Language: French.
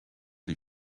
les